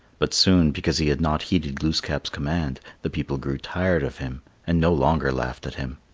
but soon, because he had not heeded glooskap's command, the people grew tired of him and no longer laughed at him.